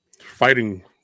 fighting